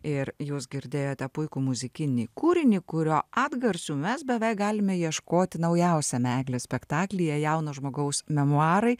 ir jūs girdėjote puikų muzikinį kūrinį kurio atgarsių mes beveik galime ieškoti naujausiame eglės spektaklyje jauno žmogaus memuarai